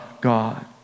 God